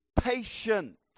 patient